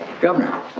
governor